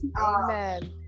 Amen